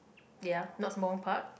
ya not Sembawang Park